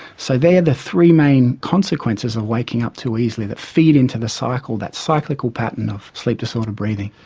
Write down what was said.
so they are the three main consequences of waking up too easily that feed into the cycle, that cyclical pattern of sleep disorder breathing.